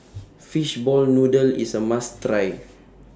Fishball Noodle IS A must Try